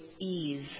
ease